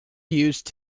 used